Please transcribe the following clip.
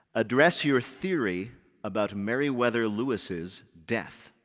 address your theory about meriwether lewis's death.